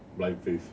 blind faith